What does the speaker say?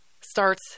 starts